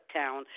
town